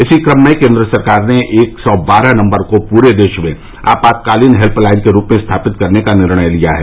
इसी कम में केन्द्र सरकार ने एक सौ बारह नम्बर को पूरे देश में आपातकालीन हेत्य लाइन के रूप में स्थापित करने का निर्णय लिया है